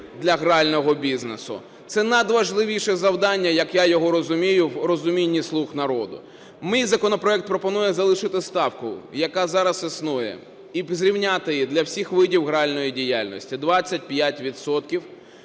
для грального бізнесу. Це найважливіше завдання, як я його розумію, в розумінні "слуг народу". Мій законопроект пропонує залишити ставку, яка зараз існує, і зрівняти її для всіх видів гральної діяльності – 25